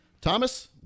Thomas